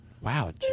Wow